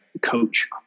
coach